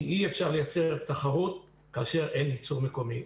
כי אי-אפשר לייצר תחרות כאשר אין ייצור מקומי.